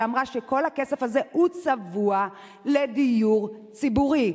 שאמרה שכל הכסף הזה צבוע לדיור ציבורי.